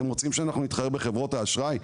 אתם רוצים שנתחרה בחברות האשראי?